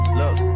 look